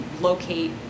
locate